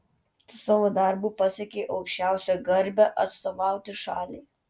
tu savo darbu pasiekei aukščiausią garbę atstovauti šaliai